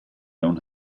own